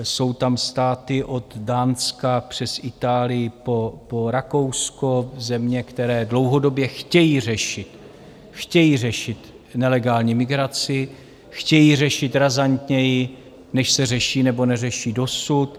Jsou tam státy od Dánska přes Itálii po Rakousko, země, které dlouhodobě chtějí řešit, chtějí řešit nelegální migraci, chtějí ji řešit razantněji, než se řeší nebo neřeší dosud.